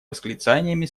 восклицаниями